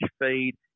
feed